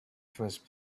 first